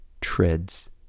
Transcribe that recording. treads